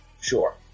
Sure